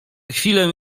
chwilę